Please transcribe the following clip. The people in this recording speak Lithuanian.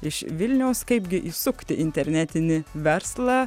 iš vilniaus kaipgi įsukti internetinį verslą